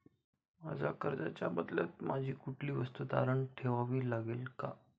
मला कर्जाच्या बदल्यात माझी कुठली वस्तू तारण ठेवावी लागेल का?